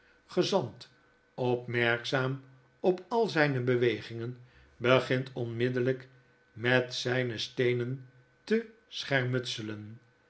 gezant opmerkzaam op al zpe bewegingen begint onmiddellp met zyne steenen te scnermutselen